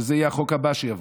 שזה יהיה החוק הבא שיבוא,